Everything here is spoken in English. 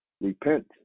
Repent